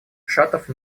шатов